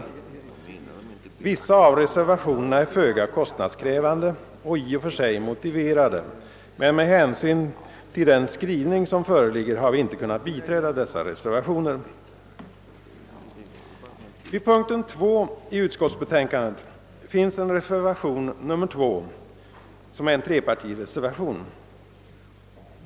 Vissa av reservationerna är föga kostnadskrävande och i och för sig motiverade, men med hänsyn till den skrivning som föreligger har vi inte kunnat biträda dessa reservationer: Vid punkten 2 i utskottsutlåtandet finns fogad en reservation, nr 2, som är en trepartireservation.